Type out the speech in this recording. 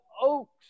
oaks